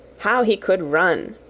how he could run!